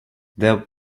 that